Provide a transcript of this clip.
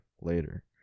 later